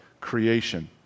creation